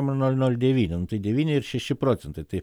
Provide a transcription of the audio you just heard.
nol nol devyni nu tai devyni ir šeši procentai tai